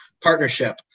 partnership